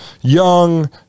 young